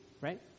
right